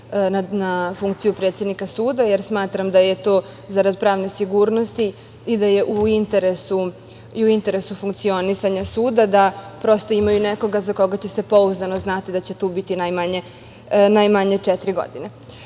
na funkciju predsednika suda, jer smatram da je to, zarad pravne sigurnosti, u interesu funkcionisanja suda, da prosto imaju nekoga za koga će se pouzdano znati da će tu biti najmanje četiri godine. Sada